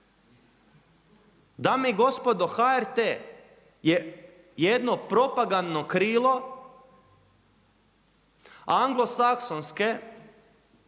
Dame i gospodo HRT je jedno propagandno krilo anglosaksonske